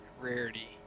rarity